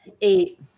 Eight